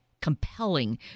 compelling